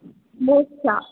ಮೂತ್ರ